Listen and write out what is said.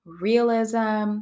realism